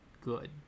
good